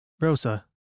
Rosa